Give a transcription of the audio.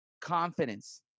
confidence